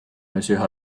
monsieur